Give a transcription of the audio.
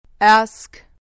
Ask